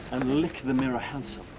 and lick-the-mirror handsome.